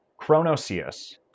chronosius